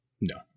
No